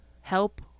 help